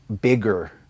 bigger